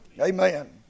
Amen